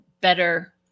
better